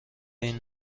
این